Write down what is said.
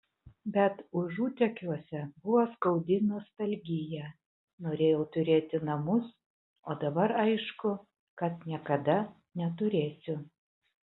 bet užutekiuose buvo skaudi nostalgija norėjau turėti namus o dabar aišku kad niekada neturėsiu